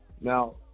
Now